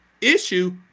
issue